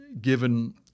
given